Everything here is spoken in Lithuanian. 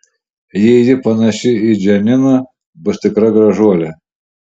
jei ji panaši į džaniną bus tikra gražuolė